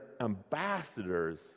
ambassadors